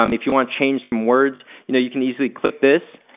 um if you wanna change some words, you know you can easily click this.